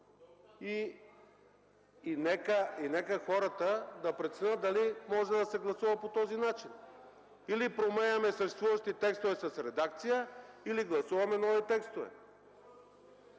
И нека хората да преценят дали може да се гласува по този начин. Или променяме съществуващи текстове с редакция, или гласуваме нови текстове.